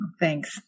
thanks